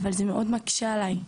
אבל זה מאוד מקשה עליי.